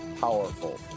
powerful